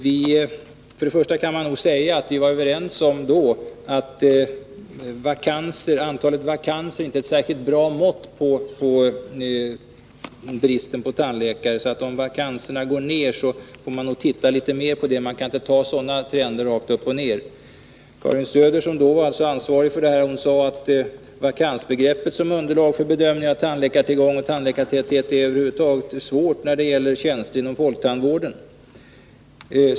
Vi var överens om att antalet vakanser inte är ett särskilt bra mått på bristen på tandläkare. Om vakanserna går ner får man alltså se litet närmare på det. Man kan inte ta sådana trender rakt upp och ner. Karin Söder, som då alltså var ansvarig för detta område, sade att vakansbegreppet som underlag för bedömning av tandläkartillgång och tandläkartäthet är svårt att använda över huvud taget när det gäller tjänster inom folktandvården.